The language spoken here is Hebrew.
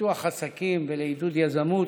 לפיתוח עסקים ולעידוד יזמות.